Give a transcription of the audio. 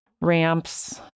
ramps